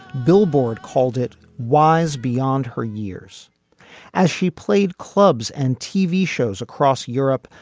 billboard called it wise beyond her years as she played clubs and tv shows across europe.